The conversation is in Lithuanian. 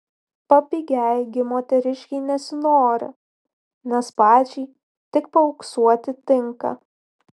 papigiai gi moteriškei nesinori nes pačiai tik paauksuoti tinka